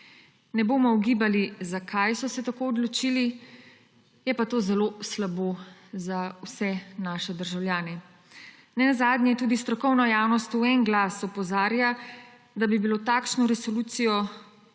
Ne bomo ugibali, zakaj so se tako odločili, je pa to zelo slabo za vse naše državljane. Nenazadnje tudi strokovna javnost v en glas opozarja, da bi bilo takšno resolucijo